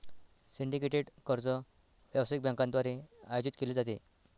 syndicated कर्ज व्यावसायिक बँकांद्वारे आयोजित केले जाते